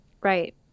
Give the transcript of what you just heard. right